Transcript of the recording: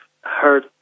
heard